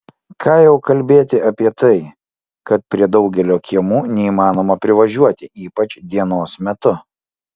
ką jau kalbėti apie tai kad prie daugelio kiemų neįmanoma privažiuoti ypač dienos metu